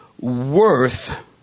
worth